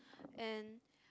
and